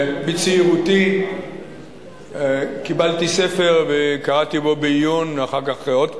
שבצעירותי קיבלתי ספר וקראתי בו בעיון ואחר כך עוד פעם,